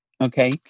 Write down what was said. Okay